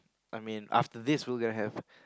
I mean after this we're gonna have